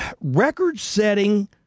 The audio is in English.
Record-setting